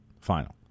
final